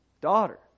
daughter